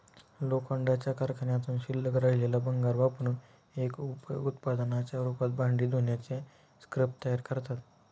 लोखंडाच्या कारखान्यातून शिल्लक राहिलेले भंगार वापरुन एक उप उत्पादनाच्या रूपात भांडी धुण्याचे स्क्रब तयार करतात